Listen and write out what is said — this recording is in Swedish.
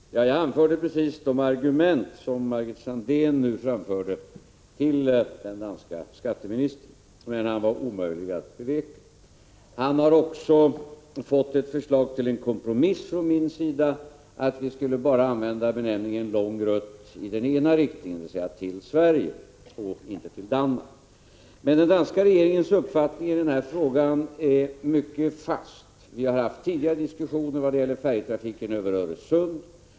Fru talman! Jag anförde precis de argument till den danske skatteministern som Margit Sandéhn nu framförde. Men han var omöjlig att beveka. Han har också fått ett förslag till kompromiss från min sida, nämligen att vi bara skulle använda benämningen lång rutt i den ena riktningen, dvs. till Sverige och inte till Danmark. Men den danska regeringens uppfattning i den här frågan är mycket fast. Vi har tidigare haft diskussioner om färjetrafiken över Öresund.